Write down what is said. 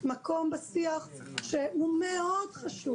מקום בשיח שהוא מאוד חשוב,